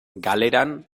galeran